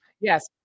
Yes